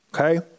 Okay